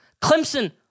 Clemson